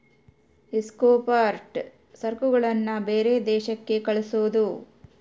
export ಸರಕುಗಳನ್ನ ಬೇರೆ ದೇಶಕ್ಕೆ ಕಳ್ಸೋದು